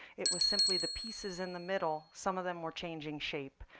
it was simply the pieces in the middle, some of them were changing shape.